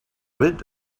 rid